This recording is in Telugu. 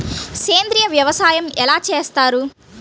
సేంద్రీయ వ్యవసాయం ఎలా చేస్తారు?